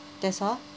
that's all